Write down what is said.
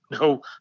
No